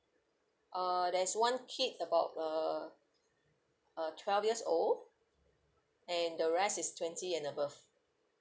uh there's one kid about uh uh twelve years old and the rest is twenty and above